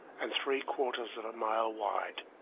and three quarters of a mile wide.